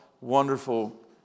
wonderful